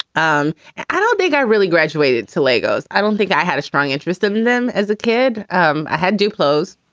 um i don't think i really graduated to legos. i don't think i have a strong interest in them as a kid. um i had do clothes.